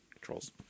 controls